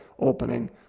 opening